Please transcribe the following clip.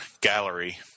gallery